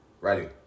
Righty